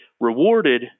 rewarded